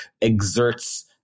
exerts